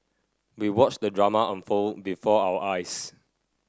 we watched the drama unfold before our eyes